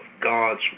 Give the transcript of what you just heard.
God's